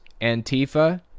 Antifa